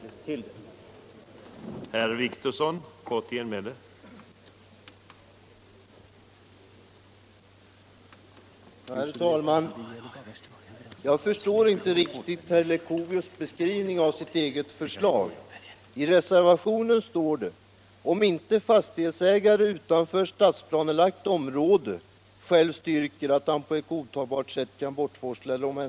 Passusen att det finns möjligheter för kommunerna att genom hälsovårdsnämnderna ge dispens till fastighetsägare som själva kan bortforsla och oskadliggöra sitt hushållsavfall innebär alltså ingenting nytt.